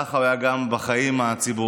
ככה הוא היה גם בחיים הציבוריים,